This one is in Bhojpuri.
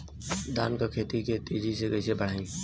धान क खेती के तेजी से कइसे बढ़ाई?